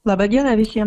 laba diena visiems